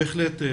בהחלט.